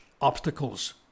obstacles